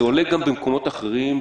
זה עולה גם במקומות אחרים,